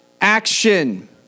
action